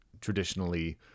traditionally